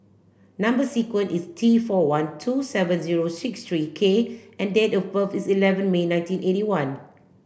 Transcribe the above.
number sequence is T four one two seven zero six three K and date of birth is eleven May nineteen eighty one